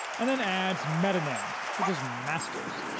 and then adds metonyms such as masters.